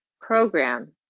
program